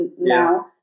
now